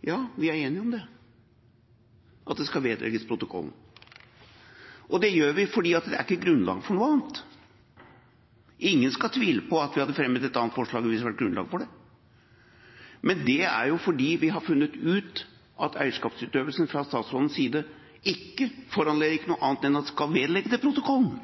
Ja, vi er enige om at det skal vedlegges protokollen. Det gjør vi fordi det ikke er grunnlag for noe annet. Ingen skal tvile på at vi hadde fremmet et annet forslag hvis det hadde vært grunnlag for det. Men det er jo fordi vi har funnet ut at eierskapsutøvelsen fra statsrådens side ikke foranlediget noe annet enn at det skal vedlegges protokollen.